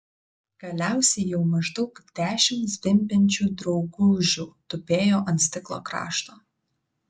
galiausiai jau maždaug dešimt zvimbiančių draugužių tupėjo ant stiklo krašto